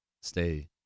stay